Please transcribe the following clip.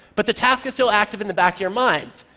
but the task is still active in the back of your mind,